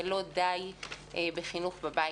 ולא די בחינוך בבית,